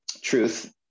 truth